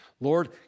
Lord